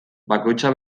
bakoitza